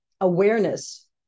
awareness